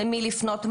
למי לפנות,